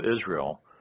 Israel